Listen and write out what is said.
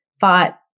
thought